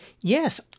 Yes